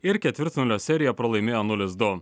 ir ketvirtfinalio seriją pralaimėjo nulis du